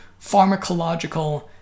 pharmacological